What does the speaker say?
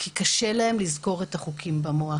מפני שקשה להם לזכור את החוקים במוח.